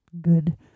good